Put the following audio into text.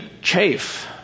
chafe